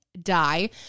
die